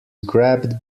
grabbed